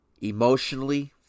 emotionally